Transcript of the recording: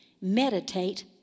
Meditate